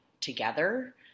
together